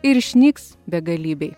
ir išnyks begalybėj